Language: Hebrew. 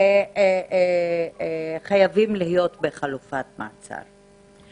שחייבים להיות בחלופת מעצר.